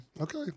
Okay